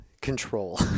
control